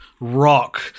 Rock